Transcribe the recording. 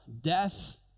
death